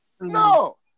No